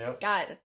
God